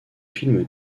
film